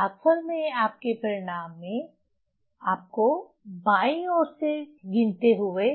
भागफल में आपके परिणाम में आपको बाईं ओर से गिनते हुए